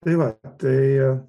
tai va tai